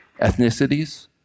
ethnicities